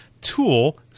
Tool